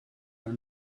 are